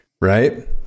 right